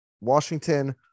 Washington